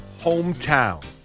hometown